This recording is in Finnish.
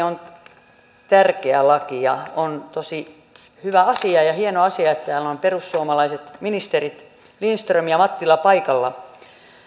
on tärkeä laki ja on tosi hyvä asia ja ja hieno asia että täällä ovat perussuomalaiset ministerit lindström ja mattila paikalla